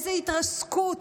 איזה התרסקות,